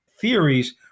theories